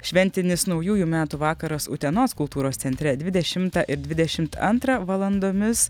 šventinis naujųjų metų vakaras utenos kultūros centre dvidešimtą ir dvidešimt antrą valandomis